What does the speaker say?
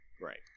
Right